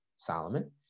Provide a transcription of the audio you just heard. Solomon